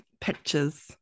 pictures